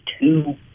two